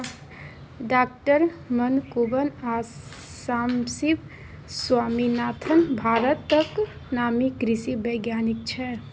डॉ मनकुंबन आ सामसिब स्वामीनाथन भारतक नामी कृषि बैज्ञानिक छै